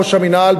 ראש המינהל,